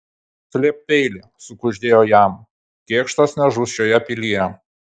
slėpk peilį sukuždėjo jam kėkštas nežus šioje pilyje